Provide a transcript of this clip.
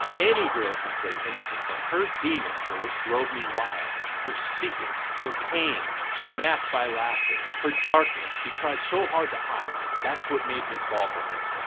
any girl, can play innocent, but her demons are what drove me, wild. her secrets, her pain she masked by laughter. her darkness she tries so hard to hide. that's what made me fall for her.